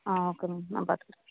ஆ okay ma'am நான் பார்த்துக்குறேன்